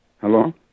Hello